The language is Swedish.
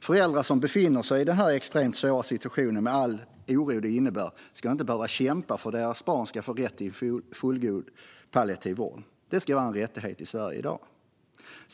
Föräldrar som befinner sig i denna extremt svåra situation med all oro det innebär ska inte behöva kämpa för att deras barn ska få rätt till en fullgod palliativ vård. Det ska vara en rättighet i Sverige i dag.